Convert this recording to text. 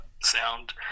sound